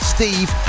Steve